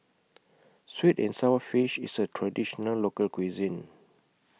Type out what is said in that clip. Sweet and Sour Fish IS A Traditional Local Cuisine